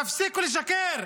תפסיקו לשקר.